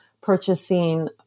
purchasing